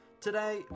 Today